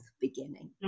beginning